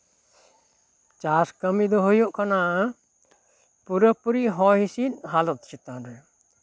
ᱪᱟᱥ ᱠᱟᱹᱢᱤ ᱫᱚ ᱦᱩᱭᱩᱜ ᱠᱟᱱᱟ ᱯᱩᱨᱟᱹ ᱯᱩᱨᱤ ᱦᱚᱭ ᱦᱤᱹᱥᱤᱫ ᱦᱟᱞᱚᱛ ᱪᱮᱛᱟᱱ ᱨᱮ